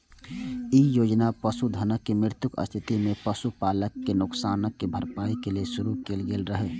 ई योजना पशुधनक मृत्युक स्थिति मे पशुपालक कें नुकसानक भरपाइ लेल शुरू कैल गेल रहै